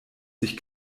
sich